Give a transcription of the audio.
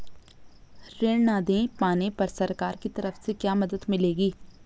ऋण न दें पाने पर सरकार की तरफ से क्या मदद मिलेगी?